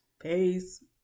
Peace